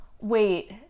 Wait